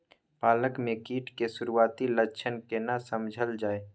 पालक में कीट के सुरआती लक्षण केना समझल जाय?